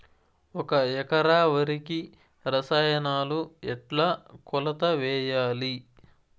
ఒక ఎకరా వరికి రసాయనాలు ఎట్లా కొలత వేయాలి?